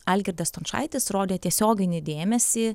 algirdas stončaitis rodė tiesioginį dėmesį